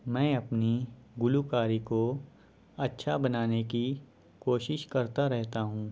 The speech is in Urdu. میں اپنی گلوکاری کو اچھا بنانے کی کوشش کرتا رہتا ہوں